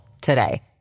today